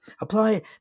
apply